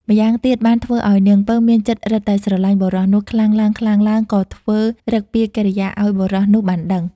ម្យ៉ាងទៀតបានធ្វើឲ្យនាងពៅមានចិត្តរឹតតែស្រឡាញ់បុរសនោះខ្លាំងឡើងៗ ក៏ធ្វើឫកពាកិរិយាឲ្យបុរសនោះបានដឹង។